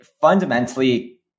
fundamentally